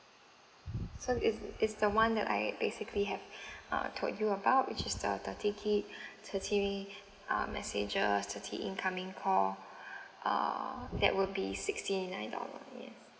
so it's it's the one that I basically have uh told you about which is the thirty gig thirty uh messages thirty incoming call err that will be sixty nine dollar yeah